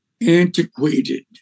antiquated